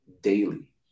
daily